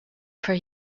for